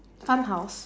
fun house